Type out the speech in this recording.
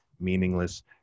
meaningless